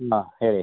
ಹಾಂ ಹೇಳಿ